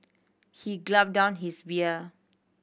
he gulped down his beer